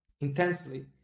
intensely